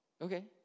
Okay